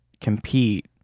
compete